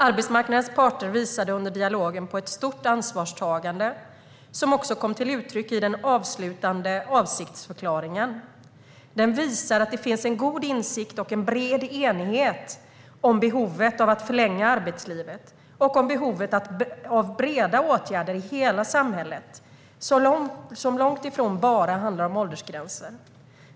Arbetsmarknadens parter visade under dialogen på ett stort ansvarstagande som också kom till uttryck i den avslutande avsiktsförklaringen. Den visar att det finns en god insikt och en bred enighet om behovet av att förlänga arbetslivet och om behovet av breda åtgärder i hela samhället som långt ifrån bara handlar om åldersgränser.